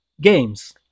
Games